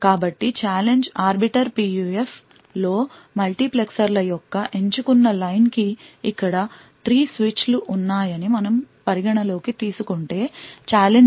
కాబట్టి challenge arbiter PUF లో మల్టీప్లెక్సర్ల యొక్క ఎంచుకున్న లైన్ కి ఇక్కడ 3 స్విచ్లు ఉన్నాయని పరిగణన లోకి తీసుకుంటే ఛాలెంజ్ 0 0 మరియు 1